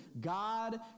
God